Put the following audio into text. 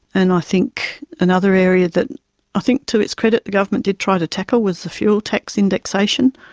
and i think another area that i think to its credit the government did try to tackle was the fuel tax indexation.